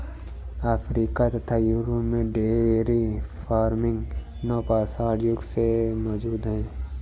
Africa तथा Europe में dairy farming नवपाषाण युग से मौजूद है